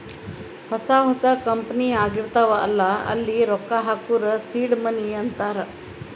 ಹೊಸಾ ಹೊಸಾ ಕಂಪನಿ ಆಗಿರ್ತಾವ್ ಅಲ್ಲಾ ಅಲ್ಲಿ ರೊಕ್ಕಾ ಹಾಕೂರ್ ಸೀಡ್ ಮನಿ ಅಂತಾರ